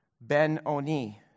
Ben-Oni